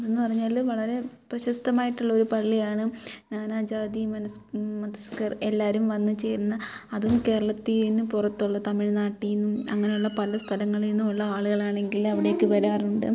അതെന്ന് പറഞ്ഞാൽ വളരെ പ്രശസ്തമായിട്ടുള്ളൊരു പള്ളിയാണ് നാനാ ജാതി മതസ്കർ എല്ലാവരും വന്നു ചേർന്ന് അതും കേരളിത്തിൽനിന്ന് പുറത്തുള്ള തമിഴ്നാട്ടിൽനിന്നും അങ്ങനെയുള്ള പല സ്ഥലങ്ങളിൽനിന്നും നിന്നുള്ള ആളുകളാണെങ്കിൽ അവിടേക്ക് വരാറുണ്ട്